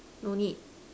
no need